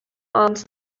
arms